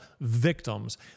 victims